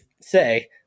say